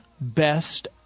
best